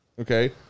okay